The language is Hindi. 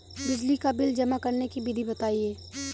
बिजली का बिल जमा करने की विधि बताइए?